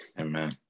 Amen